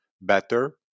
better